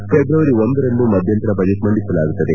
February ಒಂದರಂದು ಮಧ್ಯಂತರ budget ಮಂಡಿಸಲಾಗುತ್ತದೆ